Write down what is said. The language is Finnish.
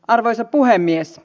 arvoisa puhemies